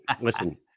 listen